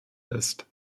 ist